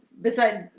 beside,